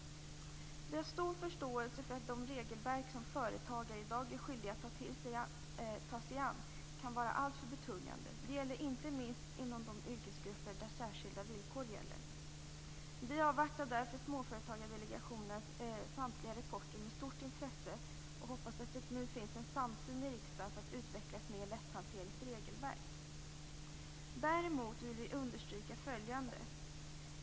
Med en stor förståelse för att de regelverk som företagare i dag är skyldiga att ta sig an kan vara alltför betungande - inte minst inom de yrkesgrupper där särskilda villkor gäller - avvaktar vi Småföretagsdelegationens samtliga rapporter med stort intresse och hoppas att det finns en samsyn i riksdagen för att utveckla ett mer lätthanterligt regelverk. Däremot vill vi understryka följande.